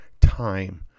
time